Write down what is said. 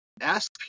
ask